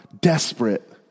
desperate